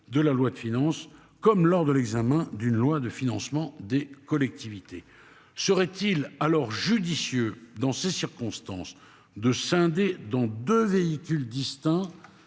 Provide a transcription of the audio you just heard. de la loi de finances, comme lors de l'examen d'une loi de financement des collectivités serait-il alors judicieux dans ces circonstances de scinder dans 2 véhicules distincts.